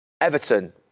Everton